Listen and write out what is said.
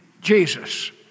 Jesus